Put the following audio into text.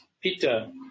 Peter